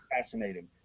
fascinating